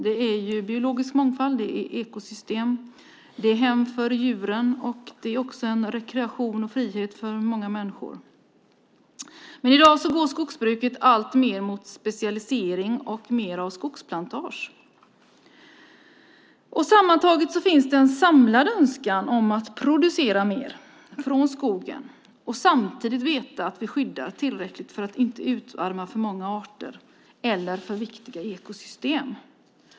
Det är fråga om biologisk mångfald, ekosystem, hem för djuren samt rekreation och frihet för många människor. I dag går skogsbruket alltmer mot specialisering och mer av skogsplantage. Sammantaget finns en samlad önskan om att producera mer från skogen och samtidigt veta att vi skyddar tillräckligt för att inte utarma för många arter eller för viktiga ekosystem.